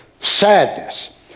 Sadness